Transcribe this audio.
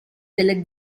delle